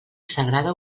sagrada